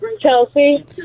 Chelsea